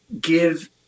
give